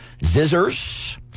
zizzers